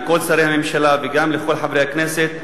לכל שרי הממשלה וגם לכל חברי הכנסת,